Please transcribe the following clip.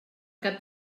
cap